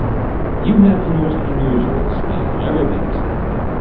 you have a most unusual style. everybody says that.